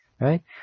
right